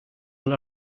will